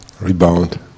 rebound